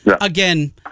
again